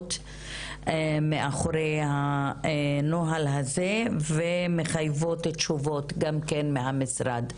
מאחרי הנוהל הזה המחייבות תשובות גם כן מהמשרד.